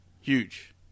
Huge